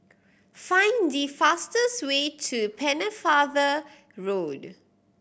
find the fastest way to Pennefather Road